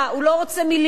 הוא לא רוצה מלים,